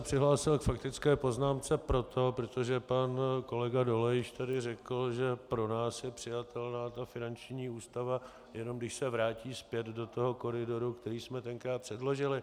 Přihlásil jsem se k faktické poznámce proto, protože pan kolega Dolejš tady řekl, že pro nás je přijatelná finanční ústava, jenom když se vrátí zpět do toho koridoru, který jsme tenkrát předložili.